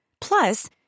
Plus